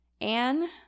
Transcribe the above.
Anne